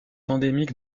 endémique